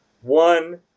one